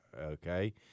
okay